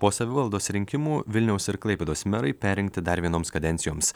po savivaldos rinkimų vilniaus ir klaipėdos merai perrinkti dar vienoms kadencijoms